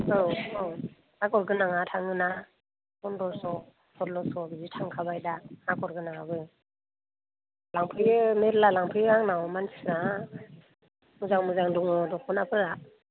औ औ आगर गोनाङा थांङोना फनद्रस' सल्ल'स' बिदि थांखाबाय दा आगर गोनां आबो लांफैदो मेरला लांफैयो आंनाव मानसिफ्रा मोजां मोजां दंङ दख'ना फोरा